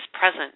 present